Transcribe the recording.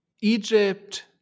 Egypt